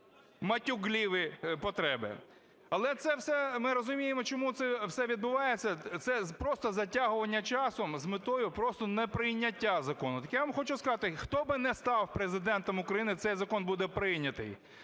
матюкливі потреби. Але це все, ми розуміємо, чому це все відбувається: це просто затягування часу з метою просто неприйняття закону. Так я вам хочу сказати, хто би не став Президентом України, цей закон буде прийнятий.